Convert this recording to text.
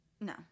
No